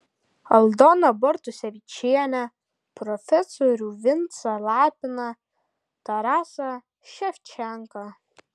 aldoną bartusevičienę profesorių vincą lapiną tarasą ševčenką